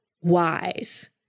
wise